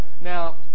Now